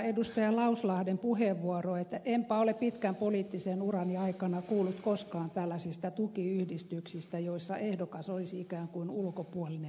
lauslahden puheenvuoroon että enpä ole pitkän poliittisen urani aikana kuullut koskaan tällaisista tukiyhdistyksistä joissa ehdokas olisi ikään kuin ulkopuolinen toimija